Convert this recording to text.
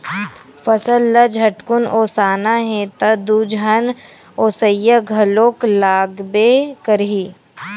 फसल ल झटकुन ओसाना हे त दू झन ओसइया घलोक लागबे करही